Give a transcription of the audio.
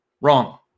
Wrong